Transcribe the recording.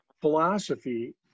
philosophy